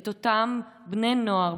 את אותם בני נוער,